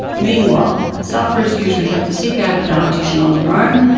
meanwhile suffers usually have to seek out a dietitian on their own,